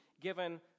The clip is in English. given